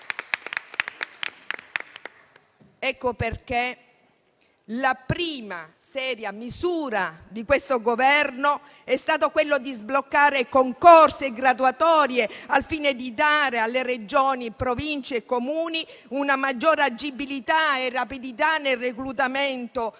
Per questo la prima seria misura di questo Governo è stata quella di sbloccare concorsi e graduatorie, al fine di dare a Regioni, Province e Comuni una maggiore agilità e rapidità nel reclutamento delle